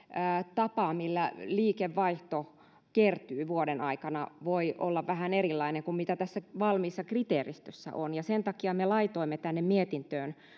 tapa millä liikevaihto kertyy vuoden aikana voi olla vähän erilainen kuin mitä tässä valmiissa kriteeristössä on sen takia me laitoimme tänne mietintöön